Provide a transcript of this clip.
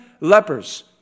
lepers